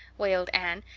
wailed anne.